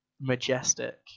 majestic